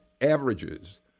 averages